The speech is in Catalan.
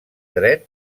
dret